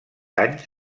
anys